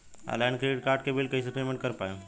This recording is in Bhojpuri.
ऑनलाइन क्रेडिट कार्ड के बिल कइसे पेमेंट कर पाएम?